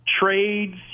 trades